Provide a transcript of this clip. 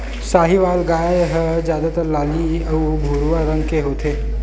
साहीवाल गाय ह जादातर लाली अउ भूरवा रंग के होथे